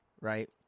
right